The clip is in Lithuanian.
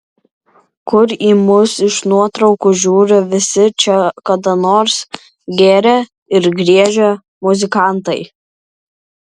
kur į mus iš nuotraukų žiūri visi čia kada nors gėrę ir griežę muzikantai